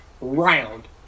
Round